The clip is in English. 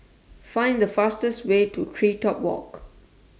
Find The fastest Way to Tree Top Walk